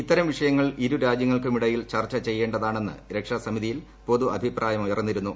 ഇത്തരം വിഷയങ്ങൾ ഇരുരാജ്യങ്ങൾക്കുമിടയിൽ ചർച്ച് ചെയ്യേണ്ടതാണെന്ന് രക്ഷാസമിതിയിൽ പൊതു അഭിപ്രായമുയർന്നിരുന്നു